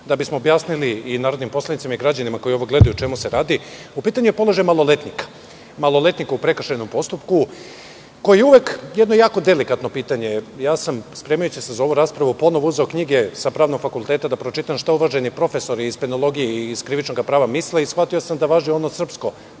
bismo objasnili i narodnim poslanicima i građanima koji ovo gledaju o čemu se radi, u pitanju je položaj maloletnika u prekršajnom postupku, koje je uvek jedno delikatno pitanje. Spremajući se za ovu raspravu, ponovo sam uzeo knjige sa pravnog fakulteta, da pročitam šta uvaženi profesori iz penologije i iz krivičnog prava misle. Shvatio sam da važi ono srpsko,